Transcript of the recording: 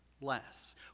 less